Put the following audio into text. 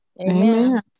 Amen